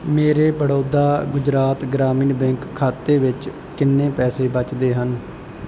ਮੇਰੇ ਬੜੌਦਾ ਗੁਜਰਾਤ ਗ੍ਰਾਮੀਣ ਬੈਂਕ ਖਾਤੇ ਵਿੱਚ ਕਿੰਨੇ ਪੈਸੇ ਬਚਦੇ ਹਨ